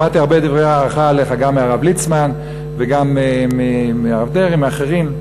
שמעתי הרבה דברי הערכה עליך גם מהרב ליצמן וגם מהרב דרעי ואחרים,